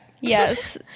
Yes